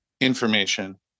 information